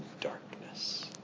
darkness